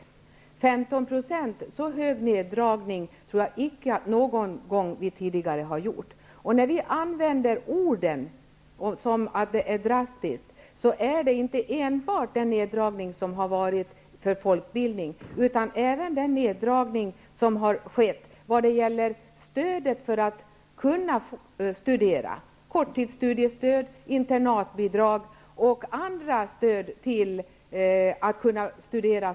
Så stora neddragningar som på 15 % tror jag icke att vi har gjort någon gång tidigare. När vi använder ord som drastiska nedskärningar, gäller det inte enbart neddragningen av folkbildningen utan även den neddragning som skett av studiestödet -- korttidsstudiestöd, internatbidrag och andra stöd till vuxenstudier.